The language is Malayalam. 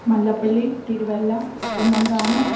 മല്ലപ്പള്ളി തിരുവല്ല കുന്നന്താനം